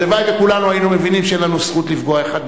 הלוואי שכולנו היינו מבינים שאין לנו זכות לפגוע האחד